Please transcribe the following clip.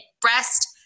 Breast